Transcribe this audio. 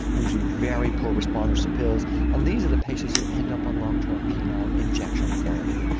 usually very poor respondence to pills and these are the patients who end up on long term penile injection therapy.